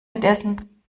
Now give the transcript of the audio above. mitessen